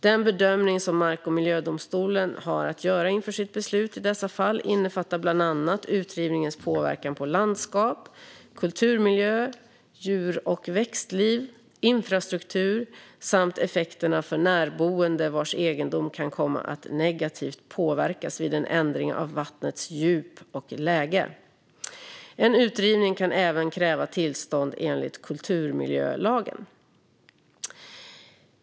Den bedömning som mark och miljödomstolen har att göra inför sitt beslut i dessa fall innefattar bland annat utrivningens påverkan på landskap, kulturmiljö, djur och växtliv och infrastruktur samt effekterna för närboende vars egendom kan komma att negativt påverkas vid en ändring av vattnets djup och läge. En utrivning kan även kräva tillstånd enligt kulturmiljölagen.